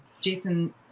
Jason